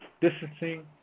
distancing